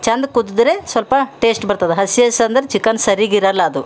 ಚೆಂದ ಕುದ್ದಿದ್ರೆ ಸ್ವಲ್ಪ ಟೇಶ್ಟ್ ಬರ್ತದೆ ಹಸಿ ಹಸಿ ಅಂದ್ರೆ ಚಿಕನ್ ಸರೀಗಿರಲ್ಲ ಅದು